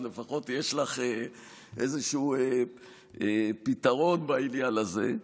אז לפחות יש לך איזשהו פתרון בעניין הזה.